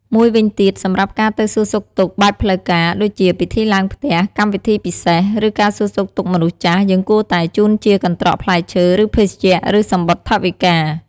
មួយវិញទៀត សម្រាប់ការទៅសួរសុខទុក្ខបែបផ្លូវការ ដូចជា ពិធីឡើងផ្ទះ កម្មវិធីពិសេស ឬ ការសួរសុខទុក្ខមនុស្សចាស់ យើងគួរតែ ជូនជាកន្ត្រកផ្លែឈើ ឬ ភេសជ្ជៈ ឬ សំបុត្រថវិកា។